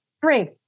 three